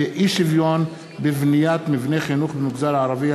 13. אי-שוויון בבניית מבני חינוך למגזר הערבי,